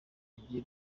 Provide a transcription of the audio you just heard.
agiye